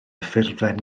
ffurflen